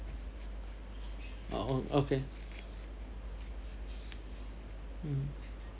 oh okay hmm